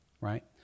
right